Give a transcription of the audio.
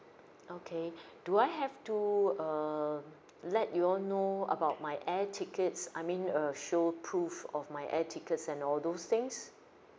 okay do I have to err let you all know about my air tickets I mean uh show proof of my air tickets and all those things